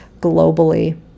globally